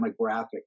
demographic